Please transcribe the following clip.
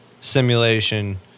simulation